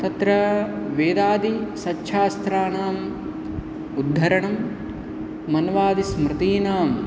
तत्र वेदादिसछ्शास्त्राणाम् उद्धरणं मन्वादिस्मृतीनाम्